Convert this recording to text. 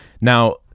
Now